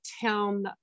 town